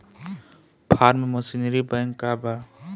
Form machinery bank का बा?